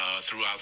throughout